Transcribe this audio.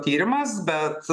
tyrimas bet